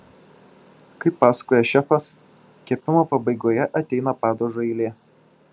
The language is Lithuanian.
kaip pasakoja šefas kepimo pabaigoje ateina padažo eilė